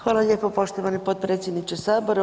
Hvala lijepo poštovani potpredsjedniče Sabora.